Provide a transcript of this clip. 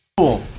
cool.